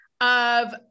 of-